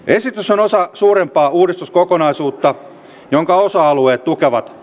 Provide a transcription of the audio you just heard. esitys on osa suurempaa uudistuskokonaisuutta jonka osa alueet tukevat